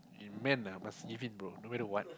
you man ah must give in bro no matter what